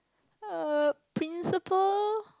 uh principal